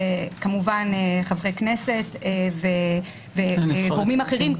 חברי כנסת כמובן ואחרים,